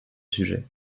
sujet